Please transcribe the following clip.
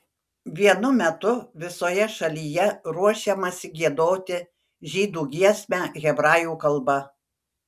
vienu metu visoje šalyje ruošiamasi giedoti žydų giesmę hebrajų kalba